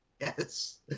Yes